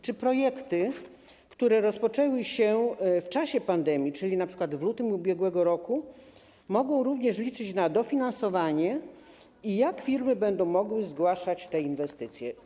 Czy projekty, które rozpoczęły się w czasie pandemii, czyli np. w lutym ub.r., mogą również liczyć na dofinansowanie i jak firmy będą mogły zgłaszać te inwestycje?